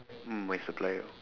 mm my supplier